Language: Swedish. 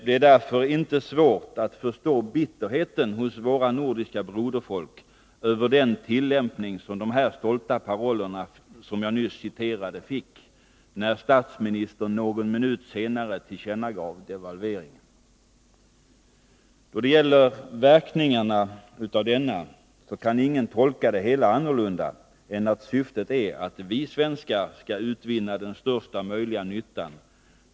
Det är inte svårt att förstå bitterheten hos våra nordiska broderfolk över den tillämpning som de stolta paroller jag nyss citerade fick, när statsministern någon minut senare tillkännagav devalveringen. Då det gäller verkningarna av devalveringen kan ingen tolka det hela annorlunda än att syftet är att vi svenskar skall utvinna den största möjliga nyttan.